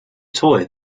toy